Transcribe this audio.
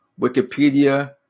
Wikipedia